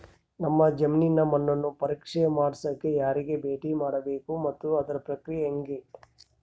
ನಮ್ಮ ಜಮೇನಿನ ಮಣ್ಣನ್ನು ಪರೇಕ್ಷೆ ಮಾಡ್ಸಕ ಯಾರಿಗೆ ಭೇಟಿ ಮಾಡಬೇಕು ಮತ್ತು ಅದರ ಪ್ರಕ್ರಿಯೆ ಹೆಂಗೆ?